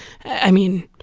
i mean,